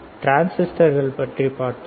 டிரான்சிஸ்டர்களை பற்றி பார்த்தோம்